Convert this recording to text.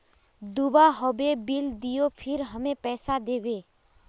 दूबा होबे बिल दियो फिर हम पैसा देबे?